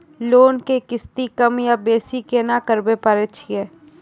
Loan के किस्ती कम या बेसी केना करबै पारे छियै?